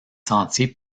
sentiers